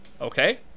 okay